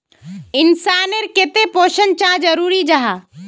इंसान नेर केते पोषण चाँ जरूरी जाहा?